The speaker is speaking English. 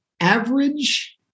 Average